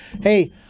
hey